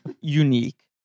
unique